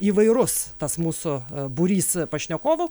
įvairus tas mūsų būrys pašnekovų